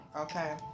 okay